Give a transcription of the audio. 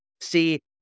see